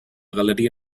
galeria